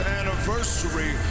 anniversary